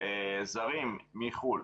זרים מחו"ל.